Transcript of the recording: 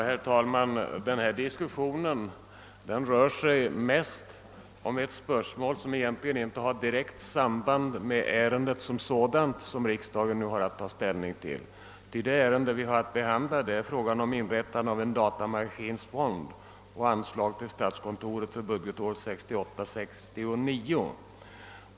Herr talman! Denna diskussion rör sig mest om ett spörsmål, som egentligen inte har direkt samband med det ärende riksdagen nu har att ta ställning till. Det ärende vi nu behandlar gäller nämligen frågan om inrättandet av en datamaskinfond och dessutom anslag till statskontoret för budgetåret 1968/69.